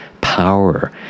power